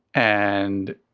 and.